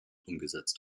umgesetzt